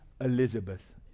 Elizabeth